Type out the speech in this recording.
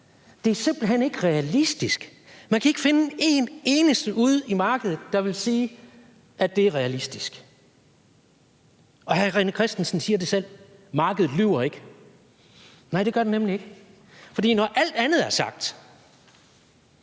Det er simpelt hen ikke realistisk. Man kan ikke finde en eneste ude fra markedet, der vil sige, at det er realistisk. Og hr. René Christensen siger det selv: Markedet lyver ikke. Nej, det gør det nemlig ikke, for når alt andet er sagt,